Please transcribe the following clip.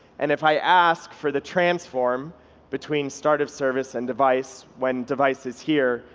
and if i ask for the transform between start of service and device, when device is here,